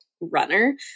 runner